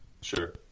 sure